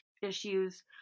issues